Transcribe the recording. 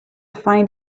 find